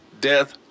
death